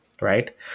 right